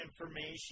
information